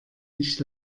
nicht